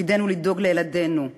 תפקידנו לדאוג לילדינו.